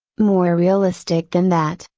more realistic than that,